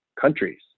countries